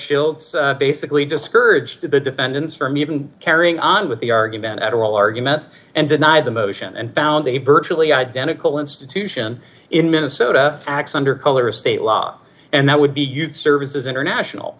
schildt basically discouraged the defendants from even carrying on with the argument at oral argument and denied the motion and found a virtually identical institution in minnesota x under color of state law and that would be youth services international